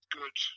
good